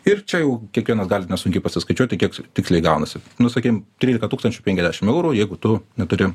ir čia jau kiekvienas galit nesunkiai pasiskaičiuoti kiek tiksliai gaunasi nu sakykim trylika tūkstančių penkiasdešim eurų jeigu tu neturi